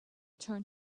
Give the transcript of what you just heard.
turned